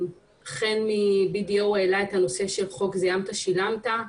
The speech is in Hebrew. חן מ-BDO העלה את הנושא של זיהמת שילמת,